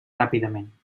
ràpidament